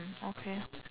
mm okay